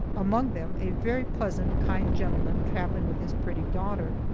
among them a very pleasant kind gentleman travelling with his pretty daughter.